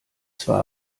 zwar